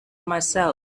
myself